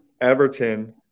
Everton